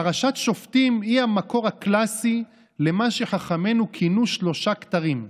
פרשת שופטים היא המקור הקלאסי למה שחכמינו כינו שלושה כתרים,